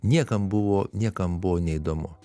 niekam buvo niekam buvo neįdomu